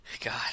god